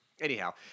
Anyhow